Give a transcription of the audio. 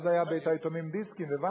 אז היו בתי-היתומים "דיסקין" ו"וינגרטן".